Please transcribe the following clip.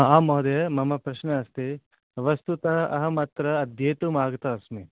आम् महोदय मम प्रश्नः अस्ति वस्तुतः अहं अत्र अध्येतुं आगतः अस्मि